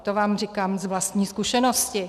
To vám říkám z vlastní zkušenosti.